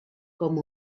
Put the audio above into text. com